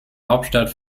hauptstadt